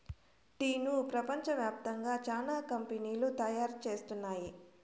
టీను ప్రపంచ వ్యాప్తంగా చానా కంపెనీలు తయారు చేస్తున్నాయి